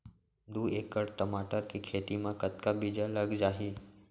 दू एकड़ टमाटर के खेती मा कतका बीजा लग जाही?